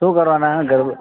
શું કરવાના ગર